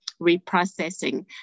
reprocessing